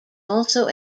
also